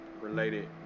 related